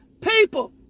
people